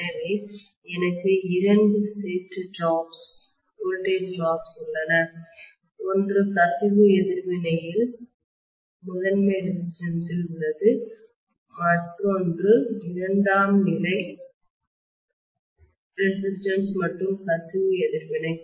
எனவே எனக்கு இரண்டு செட் டிராப்ஸ் வோல்டேஜ் டிராப்ஸ் உள்ளன ஒன்று கசிவு எதிர்வினைகளில் முதன்மை ரெசிஸ்டன்ஸ் ல் உள்ளது மற்றொன்று இரண்டாம் நிலை ரெசிஸ்டன்ஸ் மற்றும் கசிவு எதிர்வினை